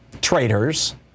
traitors